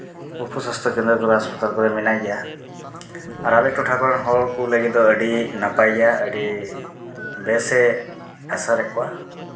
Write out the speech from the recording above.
ᱩᱯᱚᱼᱥᱟᱥᱛᱷᱚ ᱠᱮᱱᱫᱨᱚ ᱠᱚᱫᱚ ᱦᱟᱥᱯᱟᱛᱟᱞ ᱠᱚᱨᱮ ᱢᱮᱱᱟᱭ ᱜᱮᱭᱟ ᱟᱨ ᱟᱞᱮ ᱴᱚᱴᱷᱟ ᱠᱚᱨᱮᱱ ᱦᱚᱲ ᱠᱚ ᱞᱟᱹᱜᱤᱫ ᱫᱚ ᱟᱹᱰᱤ ᱱᱟᱯᱟᱭ ᱜᱮᱭᱟ ᱟᱹᱰᱤ ᱵᱮᱥ ᱮ ᱮᱥᱮᱨᱮᱫ ᱠᱚᱣᱟ